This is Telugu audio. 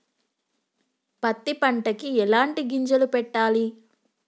పత్తి పంటకి ఎలాంటి గింజలు పెట్టాలి?